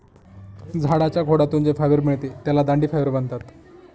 झाडाच्या खोडातून जे फायबर मिळते त्याला दांडी फायबर म्हणतात